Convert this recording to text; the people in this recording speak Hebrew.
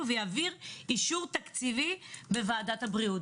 ויעביר אישור תקציבי בוועדת הבריאות.